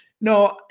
No